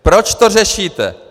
Proč to řešíte?